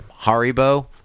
Haribo